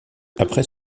après